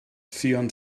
ffion